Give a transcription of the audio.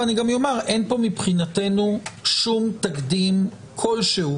ואני גם אומר, אין פה מבחינתנו שום תקדים כלשהו